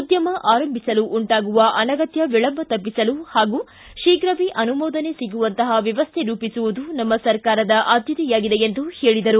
ಉದ್ದಮ ಆರಂಭಿಸಲು ಉಂಟಾಗುವ ಅನಗತ್ಯ ವಿಳಂಬ ತಪ್ಪಿಸಲು ಹಾಗೂ ಶೀಘ್ರವೇ ಅನುಮೋದನೆ ಸಿಗುವಂತಹ ವ್ಯವಸ್ಥೆ ರೂಪಿಸುವುದು ನಮ್ಮ ಸರಕಾರದ ಆದ್ದತೆಯಾಗಿದೆ ಎಂದರು